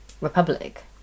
republic